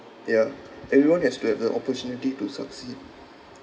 ya everyone has to have the opportunity to succeed